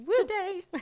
today